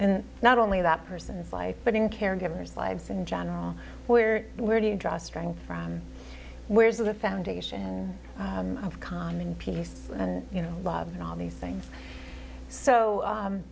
and not only that person's life but in caregivers lives in general where where do you draw strength from where's the foundation of common peace and you know love and all these things so